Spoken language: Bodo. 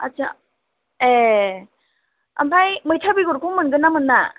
आथसा ए ओमफ्राय मैथा बेगरखौ मोनगोन ना मोना